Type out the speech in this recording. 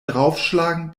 draufschlagen